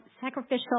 sacrificial